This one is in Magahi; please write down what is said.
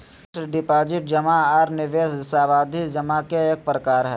फिक्स्ड डिपाजिट जमा आर निवेश सावधि जमा के एक प्रकार हय